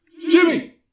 Jimmy